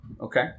Okay